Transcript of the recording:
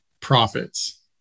profits